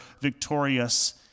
victorious